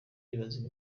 bibaza